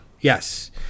Yes